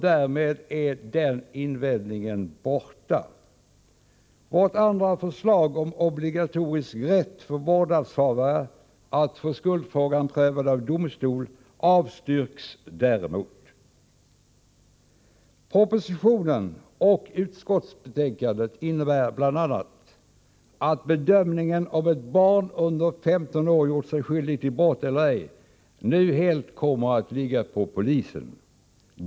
Därmed är den invändningen borta. Vårt andra förslag om obligatorisk rätt för vårdnadshavare att få skuldfrågan prövad av domstol avstyrks däremot. Propositionen och utskottsbetänkandet innebär bl.a. att bedömningen om ett barn under 15 år gjort sig skyldigt till brott eller ej nu helt kommer att ligga på polisen.